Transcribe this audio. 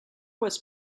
was